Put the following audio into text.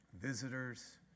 visitors